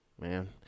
man